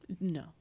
No